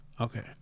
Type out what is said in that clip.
Okay